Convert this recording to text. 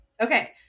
Okay